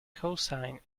cosine